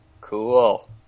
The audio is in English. Cool